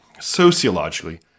sociologically